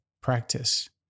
practice